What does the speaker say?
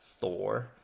Thor